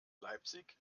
leipzig